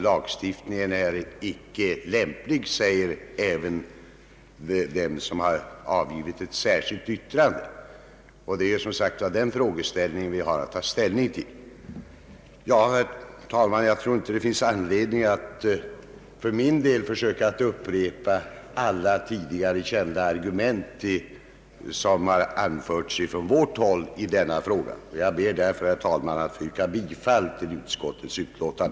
Lagstiftning är icke lämplig, säger även den som har avgivit ett särskilt yttrande. Det är alltså denna fråga vi skall ta ställning till. Herr talman! Jag tror inte det finns anledning att för min del upprepa alla tidigare kända argument som har anförts från vårt håll i denna fråga. Jag ber därför, herr talman, att få yrka bifall till utskottets hemställan.